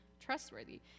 trustworthy